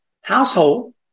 household